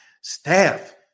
staff